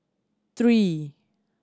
three